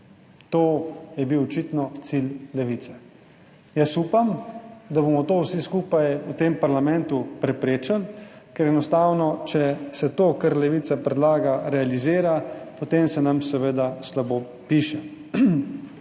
To je bil očitno cilj Levice. Upam, da bomo to vsi skupaj v tem parlamentu preprečili, ker enostavno, če se to, kar Levica predlaga, realizira, potem se nam seveda slabo piše.